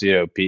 COP